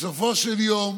בסופו של יום